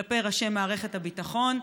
כלפי ראשי מערכת הביטחון?